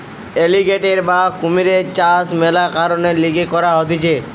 alligator বা কুমিরের চাষ মেলা কারণের লিগে করা হতিছে